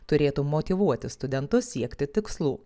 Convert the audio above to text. turėtų motyvuoti studentus siekti tikslų